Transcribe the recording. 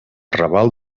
raval